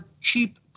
cheap